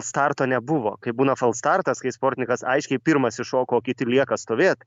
starto nebuvo kaip būna fals startas kai sportininkas aiškiai pirmas iššoko o kiti lieka stovėt